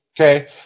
Okay